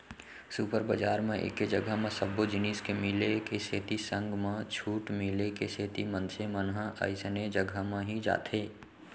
super बजार म एके जघा म सब्बो जिनिस के मिले के सेती संग म छूट मिले के सेती मनसे मन ह अइसने जघा म ही जाथे